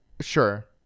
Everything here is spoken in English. Sure